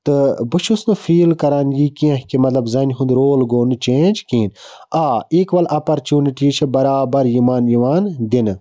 تہٕ بہٕ چھُس نہٕ فیٖل کَران یہِ کیٚنٛہہ کہِ مطلَب زَنہِ ہُنٛد رول گوٚو نہٕ چینٛج کِہیٖنۍ آ اِکول اَپَرچونِٹیز چھِ بَرابَر یِمَن یِوان دِنہٕ